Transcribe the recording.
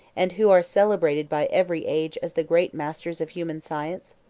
and who are celebrated by every age as the great masters of human science?